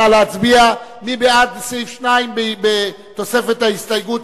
נא להצביע, מי בעד סעיף 2 בתוספת ההסתייגות,